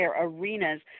arenas